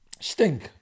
stink